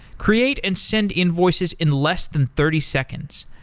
create and send invoices in less than thirty seconds.